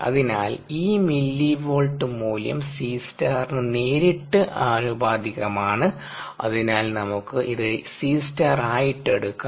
അതിനാൽ ഈ മില്ലിവോൾട്ട് മൂല്യം 𝐶 ന് നേരിട്ട് ആനുപാതികമാണ് അതിനാൽ നമുക്ക് ഇത് 𝐶 ആയിട്ടു എടുക്കാം